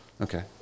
Okay